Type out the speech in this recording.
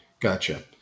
Gotcha